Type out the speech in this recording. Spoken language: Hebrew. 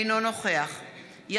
אינו נוכח אורלי לוי אבקסיס,